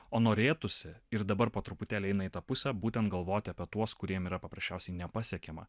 o norėtųsi ir dabar po truputėlį eina į tą pusę būtent galvoti apie tuos kuriem yra paprasčiausiai nepasiekiama